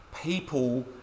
people